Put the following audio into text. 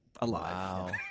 Alive